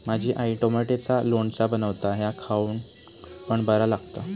माझी आई टॉमॅटोचा लोणचा बनवता ह्या खाउक पण बरा लागता